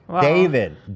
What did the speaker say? David